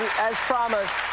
as promised,